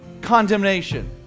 condemnation